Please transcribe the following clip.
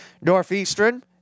Northeastern